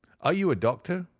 are you a doctor?